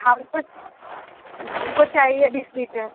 हमको हमको चाहिए बीस लीटर